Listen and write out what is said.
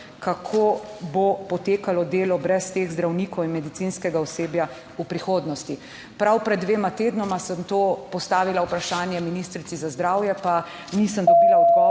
kako bo potekalo delo brez teh zdravnikov in medicinskega osebja v prihodnosti? Prav pred dvema tednoma sem to postavila vprašanje ministrici za zdravje, pa nisem dobila odgovora,